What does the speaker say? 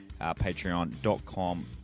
patreon.com